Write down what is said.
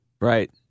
Right